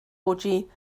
orgy